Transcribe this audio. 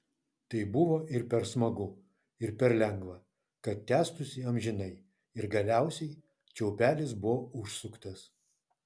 tai buvo ir per smagu ir per lengva kad tęstųsi amžinai ir galiausiai čiaupelis buvo užsuktas